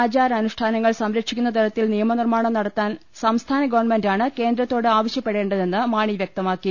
ആചാ രാനുഷ്ഠാനങ്ങൾ സംരക്ഷിക്കുന്നതരത്തിൽ നിയമനിർമ്മാണം നട ത്താൻ സംസ്ഥാന ഗവൺമെന്റാണ് കേന്ദ്രത്തോട് ആവശ്യപ്പെടേ ണ്ടതെന്ന് മാണി വൃക്തമാക്കി